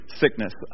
sickness